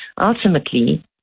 Ultimately